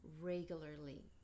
regularly